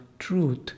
truth